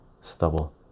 stubble